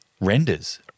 Renders